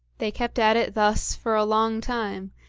they kept at it thus for a long time,